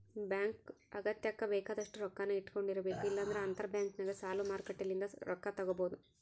bank ಅಗತ್ಯಕ್ಕ ಬೇಕಾದಷ್ಟು ರೊಕ್ಕನ್ನ ಇಟ್ಟಕೊಂಡಿರಬೇಕು, ಇಲ್ಲಂದ್ರ ಅಂತರಬ್ಯಾಂಕ್ನಗ ಸಾಲ ಮಾರುಕಟ್ಟೆಲಿಂದ ರೊಕ್ಕ ತಗಬೊದು